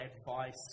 advice